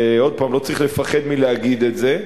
ועוד פעם, לא צריך לפחד מלהגיד את זה,